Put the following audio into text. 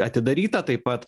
atidaryta taip pat